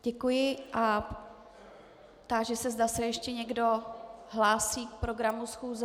Děkuji a táži se, zda se ještě někdo hlásí k programu schůze.